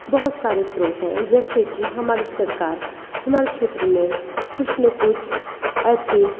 बहुत सारे स्रोत हैं जैसे कि हमारी सरकार हमारे क्षेत्र में कुछ ना कुछ ऐसे